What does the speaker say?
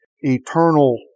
eternal